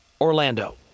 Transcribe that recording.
Orlando